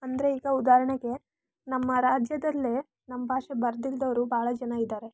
ಅಂದರೆ ಈಗ ಉದಾಹರಣೆಗೆ ನಮ್ಮ ರಾಜ್ಯದಲ್ಲೇ ನಮ್ಮ ಭಾಷೆ ಬರ್ದಿಲ್ದವ್ರು ಭಾಳ ಜನ ಇದ್ದಾರೆ